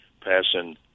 passing